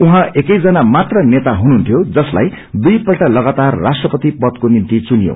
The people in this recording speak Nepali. उहाँ एकैजना मात्र नेता हुनुहुन्थ्यो जसलाई दुईपल्ट लगातार राष्ट्रपति पदको निम्ति चुनियो